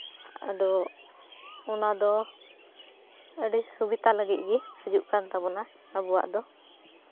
ᱟᱫᱚ ᱚᱱᱟ ᱫᱚ ᱟᱹᱰᱤ ᱥᱩᱵᱤᱛᱟ ᱞᱟᱹᱜᱤᱫ ᱜᱮ ᱦᱤᱡᱩᱜ ᱠᱟᱱ ᱛᱟᱵᱚᱱᱟ ᱟᱵᱚᱣᱟᱜ ᱫᱚ